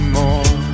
more